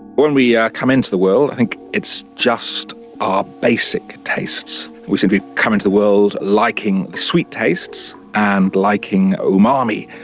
when we yeah come into the world, i think it's just our basic tastes. we simply come into the world liking sweet tastes and liking umami,